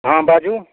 हँ बाजू